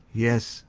yes,